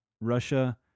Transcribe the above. Russia